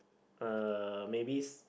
uh maybe it's